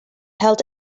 held